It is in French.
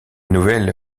nouvelle